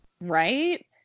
Right